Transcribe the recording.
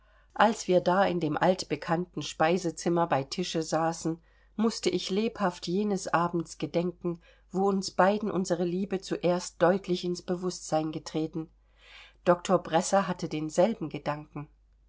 als wir da in dem altbekannten speisezimmer bei tische saßen mußte ich lebhaft jenes abends gedenken wo uns beiden unsere liebe zuerst deutlich ins bewußtsein getreten doktor bresser hatte denselben gedanken